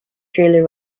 thriller